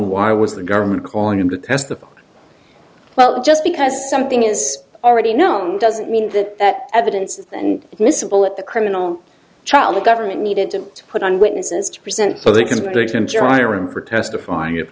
why was the government calling him to testify well just because something is already known doesn't mean that that evidence is and admissible at the criminal trial the government needed to put on witnesses to present so they can begin trying for testifying i